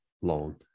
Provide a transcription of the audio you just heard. loan